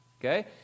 okay